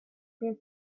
this